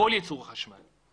כל ייצור החשמל.